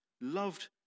loved